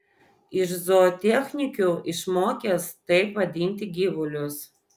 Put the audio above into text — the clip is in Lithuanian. iš zootechnikių išmokęs taip vadinti gyvulius